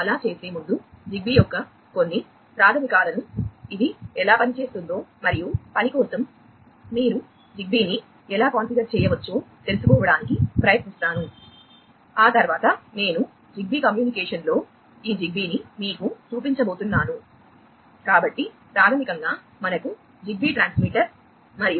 ఇక్కడ ప్రాథమికంగా నేను మీకు జిగ్బీ ఉంటుంది